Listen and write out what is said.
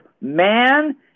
man